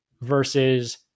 versus